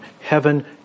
heaven